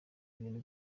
ibintu